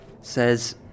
says